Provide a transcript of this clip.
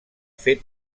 fer